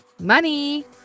money